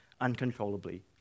uncontrollably